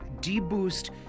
de-boost